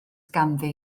ganddi